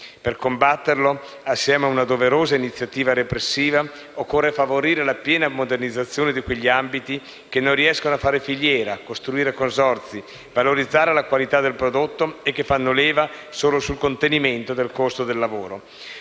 Per combatterlo, insieme a una doverosa iniziativa repressiva, occorre favorire la piena modernizzazione di quegli ambiti che non riescono a fare filiera, costruire consorzi e valorizzare la qualità del prodotto, facendo leva solo sul contenimento del costo del lavoro.